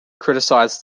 criticized